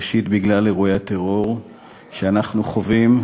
ראשית, בגלל אירועי הטרור שאנחנו חווים,